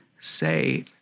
Say